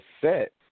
set